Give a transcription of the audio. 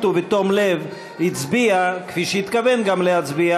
ובתום-לב הצביע כפי שהתכוון גם להצביע,